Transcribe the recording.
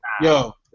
Yo